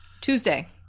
Tuesday